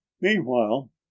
meanwhile